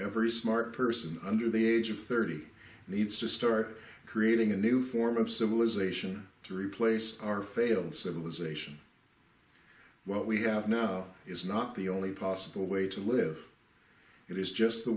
every smart person under the age of thirty needs to start creating a new form of civilization to replace our failed civilization what we have now is not the only possible way to live it is just the